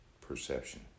perception